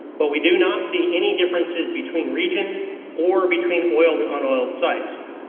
but we do not see any differences between region or between oiled and unoiled sites.